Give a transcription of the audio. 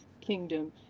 kingdom